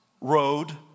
road